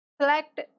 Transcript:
select